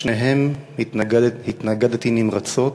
לשניהם התנגדתי נמרצות.